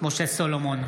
משה סולומון,